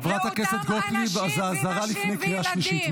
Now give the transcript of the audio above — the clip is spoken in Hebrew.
חברת הכנסת גוטליב, זו האזהרה לפני קריאה שלישית.